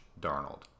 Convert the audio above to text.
Darnold